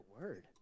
word